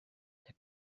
their